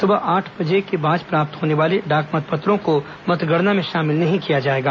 सुबह आठ बजे के बाद प्राप्त होने वाले डाक मतपत्रों को मतगणना में शामिल नहीं किया जाएगा